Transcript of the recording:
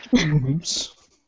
Oops